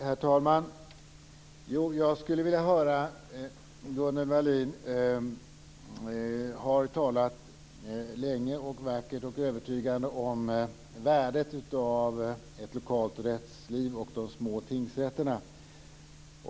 Herr talman! Jag skulle vilja höra en sak. Gunnel Wallin har talat länge, vackert och övertygande om värdet av ett lokalt rättsliv och de små tingsrätterna.